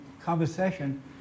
conversation